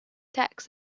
tex